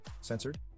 censored